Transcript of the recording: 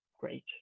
great